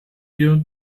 wir